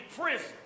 prison